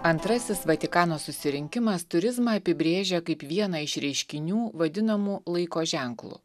antrasis vatikano susirinkimas turizmą apibrėžia kaip vieną iš reiškinių vadinamų laiko ženklu